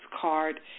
card